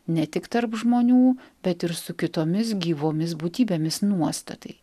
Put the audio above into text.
ne tik tarp žmonių bet ir su kitomis gyvomis būtybėmis nuostatai